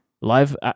live